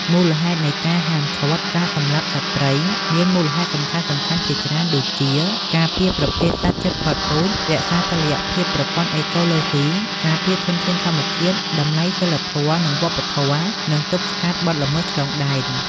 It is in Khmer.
មូលហេតុនៃការហាមឃាត់ការសម្លាប់សត្វព្រៃ មានមូលហេតុសំខាន់ៗជាច្រើន ដូចជា ការពារប្រភេទសត្វជិតផុតពូជ រក្សាតុល្យភាពប្រព័ន្ធអេកូឡូស៊ី ការពារធនធានធម្មជាតិ ការពារធនធានធម្មជាតិ តម្លៃសីលធម៌ និងវប្បធម៌ និងទប់ស្កាត់បទល្មើសឆ្លងដែន។